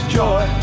joy